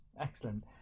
Excellent